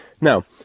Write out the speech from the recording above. Now